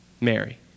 Mary